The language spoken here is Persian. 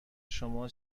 شما